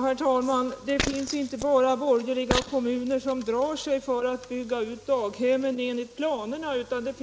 Herr talman! Det finns borgerliga kommuner som inte bara drar sig för att bygga ut daghemmen enligt planerna utan